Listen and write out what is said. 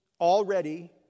already